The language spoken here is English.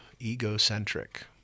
egocentric